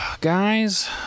guys